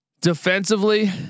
defensively